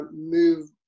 move